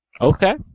Okay